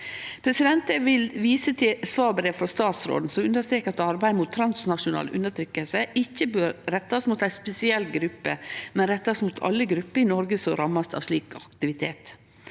rapport. Eg vil vise til svarbrev frå statsråden, som understrekar at arbeid mot transnasjonal undertrykking ikkje bør rettast mot ei spesiell gruppe, men mot alle grupper i Noreg som blir ramma av slik aktivitet.